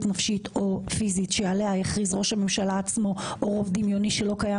נפשית או פיזית שעליה יכריז ראש הממשלה עצמו או רוב דמיוני שלא קיים